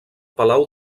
palau